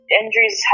injuries